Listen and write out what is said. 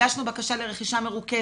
הגשנו בקשה לרכישה מרוכזת.